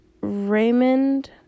Raymond